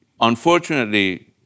Unfortunately